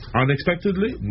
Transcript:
unexpectedly